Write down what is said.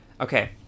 okay